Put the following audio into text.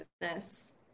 business